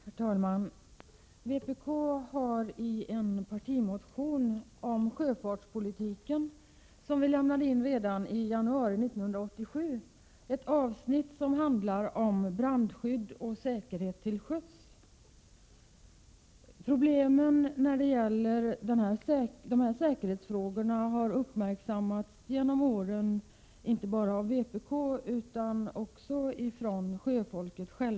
Herr talman! Vpk har i en partimotion om sjöfartspolitiken, som väcktes redan i januari 1987, ägnat ett avsnitt åt brandskydd och säkerhet till sjöss. Problemen när det gäller dessa säkerhetsfrågor har uppmärksammats genom åren inte bara av vpk utan också från sjöfolkets eget håll.